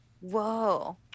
Whoa